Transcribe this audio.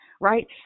right